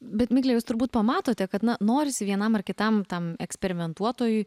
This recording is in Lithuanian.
bet migle jūs turbūt pamatote kad na norisi vienam ar kitam tam eksperimentuotojui